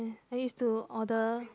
I used to order